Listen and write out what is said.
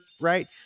right